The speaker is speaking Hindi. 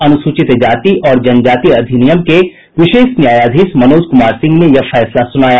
अनुसूचित जाति और जनजाति अधिनियम के विशेष न्यायाधीश मनोज कुमार सिंह ने यह फैसला सुनाया